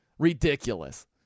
ridiculous